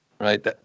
Right